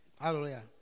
Hallelujah